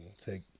take